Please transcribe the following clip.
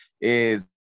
is-